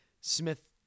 Smith